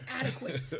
adequate